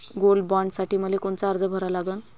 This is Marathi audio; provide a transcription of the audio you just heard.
गोल्ड बॉण्डसाठी मले कोनचा अर्ज भरा लागन?